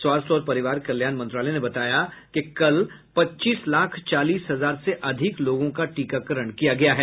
स्वास्थ्य और परिवार कल्याण मंत्रालय ने बताया कि कल पच्चीस लाख चालीस हजार से अधिक लोगों का टीकाकरण किया गया है